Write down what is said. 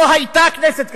לא היתה כנסת כזאת.